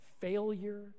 failure